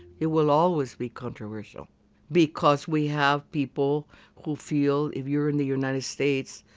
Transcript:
it will always be controversial because we have people who feel, if you're in the united states,